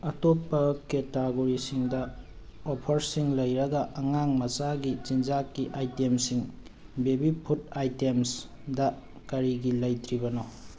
ꯑꯇꯣꯞꯄ ꯀꯦꯇꯥꯒꯣꯔꯤꯁꯤꯡꯗ ꯑꯣꯐꯔꯁꯤꯡ ꯂꯩꯔꯒ ꯑꯉꯥꯡ ꯃꯆꯥꯒꯤ ꯆꯤꯟꯖꯥꯛꯀꯤ ꯑꯥꯏꯇꯦꯝꯁꯤꯡ ꯕꯦꯕꯤ ꯐꯨꯗ ꯑꯥꯏꯇꯦꯝꯁꯗ ꯀꯔꯤꯒꯤ ꯂꯩꯇ꯭ꯔꯤꯕꯅꯣ